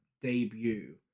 debut